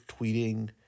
tweeting